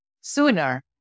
sooner